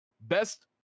Best